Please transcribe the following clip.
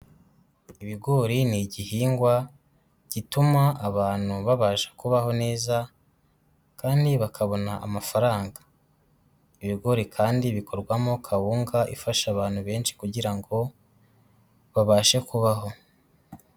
Ibigori ni igihingwa gituma abantu babasha kubaho neza kandi bakabona amafaranga, ibigori kandi bikorwamo kawunga ifasha abantu benshi kugira ngo babashe kubaho.